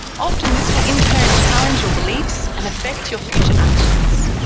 often, this will in turn challenge your beliefs and affect your future actions.